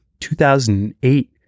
2008